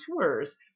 tours